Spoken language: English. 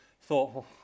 thought